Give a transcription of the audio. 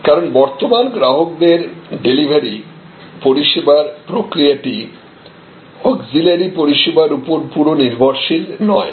কারণ বর্তমান গ্রাহকদের ডেলিভারি পরিষেবার প্রক্রিয়াটি অক্সিলারি পরিষেবার উপর পুরো নির্ভরশীল নয়